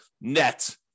net